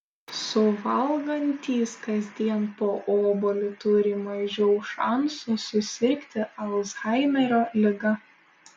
suvalgantys kasdien po obuolį turi mažiau šansų susirgti alzhaimerio liga